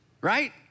right